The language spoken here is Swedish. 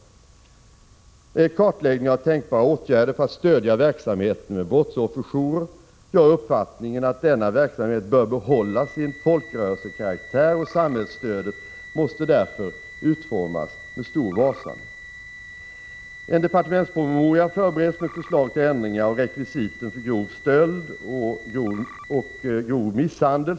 Vidare kan nämnas en kartläggning av tänkbara åtgärder för att stödja verksamheten med brottsofferjourer. Jag har den uppfattningen att denna verksamhet bör behålla sin folkrörelsekaraktär. Samhällsstödet måste därför utformas med stor varsamhet. En departementspromemoria förbereds med förslag till ändring av rekvisiten för grov stöld och grov misshandel.